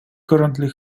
currently